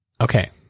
Okay